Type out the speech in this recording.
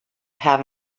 have